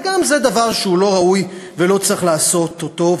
וגם זה דבר שהוא לא ראוי ושלא צריך לעשות אותו,